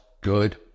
good